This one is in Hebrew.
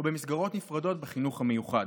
או במסגרות נפרדות בחינוך המיוחד.